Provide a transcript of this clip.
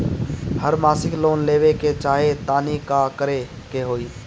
हम मासिक लोन लेवे के चाह तानि का करे के होई?